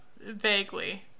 Vaguely